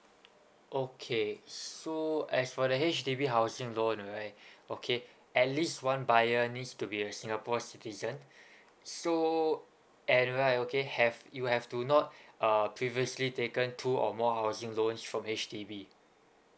okay so as for the H_D_B housing loan right okay at least one buyer needs to be a singapore citizen so anyway you can have you have to not err previously taken two or more housing loans from H_D_B